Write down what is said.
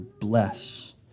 bless